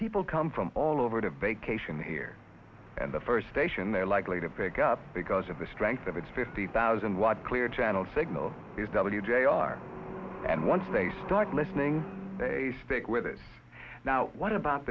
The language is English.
people come from all over to vacation here and the first station they're likely to pick up because of the strength of its fifty thousand watt clear channel signal is w jr and once they start listening they stick with us now what about